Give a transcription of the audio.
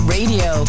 Radio